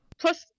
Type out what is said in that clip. Plus